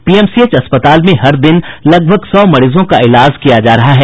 PMCH अस्पताल में हर दिन लगभग सौ मरीजों का इलाज किया जा रहा है